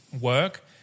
work